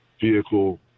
vehicle